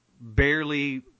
barely